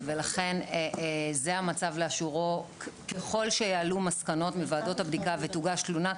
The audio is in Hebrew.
ולכן זה המצב לאשורו ככל שיעלו מסקנות מוועדות הבדיקה ותוגש תלונה,